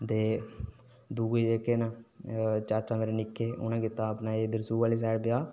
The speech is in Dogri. ते दूऽ जेह्के न चाचा मेरे निक्के उन्नै कीते दा इत्थै सू साईड ब्याह्